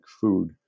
food